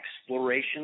exploration